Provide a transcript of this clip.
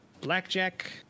Blackjack